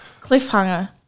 Cliffhanger